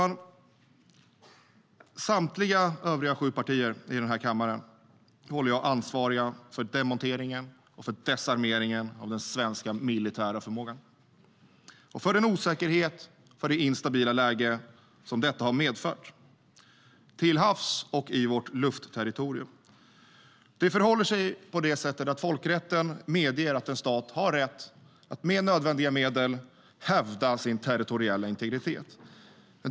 Jag håller samtliga övriga sju partier i den här kammaren ansvariga för demonteringen och desarmeringen av den svenska militära förmågan, och för den osäkerhet och det instabila läge som detta har medfört - till havs och i vårt luftterritorium. Folkrätten medger att en stat har rätt att med nödvändiga medel hävda sin territoriella integritet.